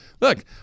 Look